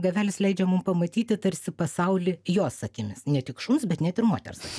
gavelis leidžia mum pamatyti tarsi pasaulį jos akimis ne tik šuns bet net ir moters